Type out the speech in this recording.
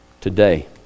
Today